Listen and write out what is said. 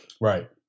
Right